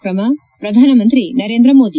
ಕ್ರಮ ಪ್ರಧಾನಮಂತ್ರಿ ನರೇಂದ್ರ ಮೋದಿ